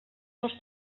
dels